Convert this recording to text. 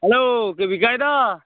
hello কে বিকাশ দা